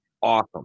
awesome